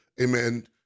amen